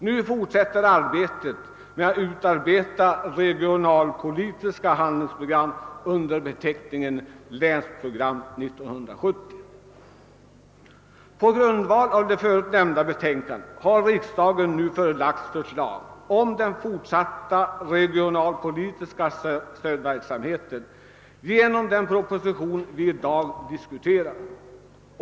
Nu fortsätter arbetet med att utarbeta regionalpolitiska handlingsprogram under beteckningen länsprogram 70. På grundval av de förut nämnda betänkandena har riksdagen nu förelagts förslag om den fortsatta regionalpolitiska stödverksamheten genom den proposition som vi i dag diskuterar.